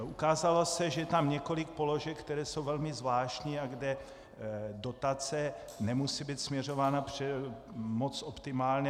Ukázalo se, že je tam několik položek, které jsou velmi zvláštní a kde dotace nemusí být směřována moc optimálně.